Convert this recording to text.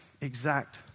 exact